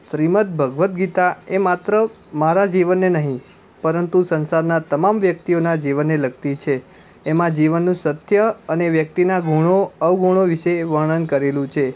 શ્રીમદ્ ભગવદ્ ગીતા એ માત્ર મારા જીવનને નહીં પરંતુ સંસારના તમામ વ્યક્તિઓના જીવનને લગતી છે એમાં જીવનનું સત્ય અને વ્યક્તિના ગુણો અવગુણો વિશે વર્ણન કરેલું છે